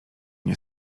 nie